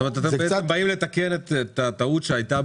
אה אוקיי, אז אתם בעצם באים לתקן את הטעות שהייתה